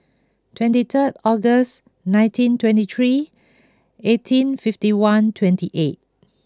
twenty third August nineteen twenty three eighteen fifty one twenty eight